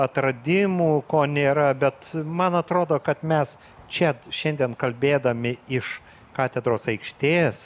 atradimų ko nėra bet man atrodo kad mes čia šiandien kalbėdami iš katedros aikštės